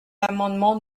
l’amendement